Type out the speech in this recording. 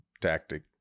tactic